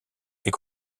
est